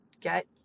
get